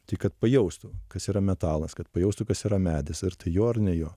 tai kad pajaustų kas yra metalas kad pajaustų kas yra medis ar tai jo ar ne jo